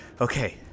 okay